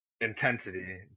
intensity